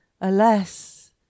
alas